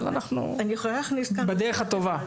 אבל אנחנו בדרך הטובה.